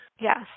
Yes